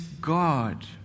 God